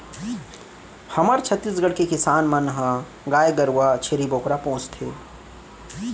हमर छत्तीसगढ़ के किसान मन ह गाय गरूवा, छेरी बोकरा पोसथें